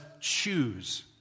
choose